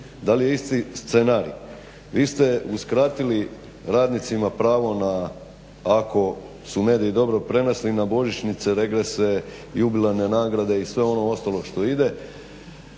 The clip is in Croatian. Da li je isti scenarij? Vi ste uskratili radnicima pravo na ako su mediji dobro prenijeli na božićnice, regrese, jubilarne nagrade i sve ono ostalo što ide.